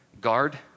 Guard